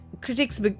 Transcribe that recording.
critics